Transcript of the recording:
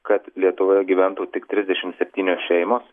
kad lietuvoje gyventų tik trisdešimt septynios šeimos